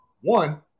One